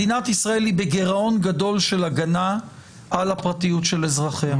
מדינת ישראל היא בגירעון גדול של הגנה על הפרטיות של אזרחיה.